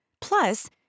Plus